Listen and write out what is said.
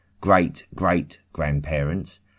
great-great-grandparents